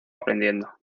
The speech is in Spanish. aprendiendo